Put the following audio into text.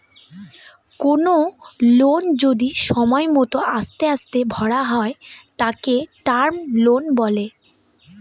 কোনো লোন যদি সময় মত আস্তে আস্তে ভরা হয় তাকে টার্ম লোন বলে